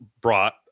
brought